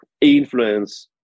influence